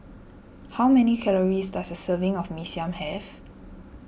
how many calories does a serving of Mee Siam have